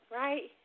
right